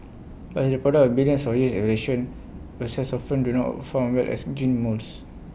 but as the product of billions of years of viruses often do not perform well as gene mules